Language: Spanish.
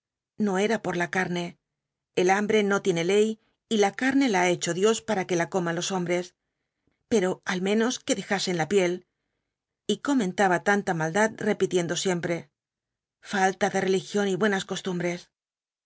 no era por la carne el hambre no tiene ley y la carne la ha hecho dios para que la coman los hombres pero al menos que dejasen la piel y comentaba tanta maldad repitiendo siempre falta de religión y buenas costumbres